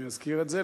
אני אזכיר את זה,